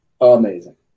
amazing